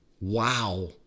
Wow